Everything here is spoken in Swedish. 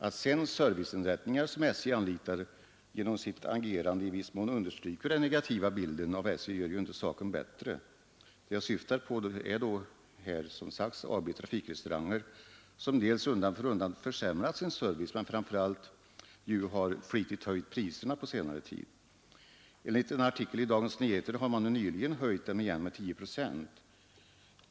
Att sedan serviceinrättningar, som SJ anlitar, genom sitt agerande i viss mån understryker den negativa bilden av SJ gör ju inte saken bättre. Det jag syftar på är AB Trafikrestauranger, som undan för undan försämrat sin service men framför allt flitigt har höjt priserna på senare tid. Enligt en artikel i Dagens Nyheter har man nyligen höjt dem igen med 10 procent.